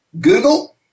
Google